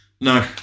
no